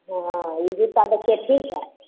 हॅं ई जूता देखियौ ठीक हइ